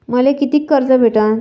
मले कितीक कर्ज भेटन?